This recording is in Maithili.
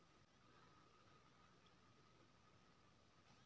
भुजल काँफीक बीया केर पाउडर सँ कॉफी बनाएल जाइ छै